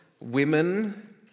women